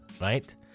right